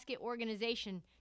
organization